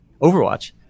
Overwatch